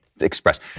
express